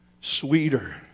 sweeter